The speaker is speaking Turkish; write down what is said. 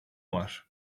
var